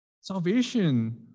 Salvation